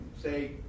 say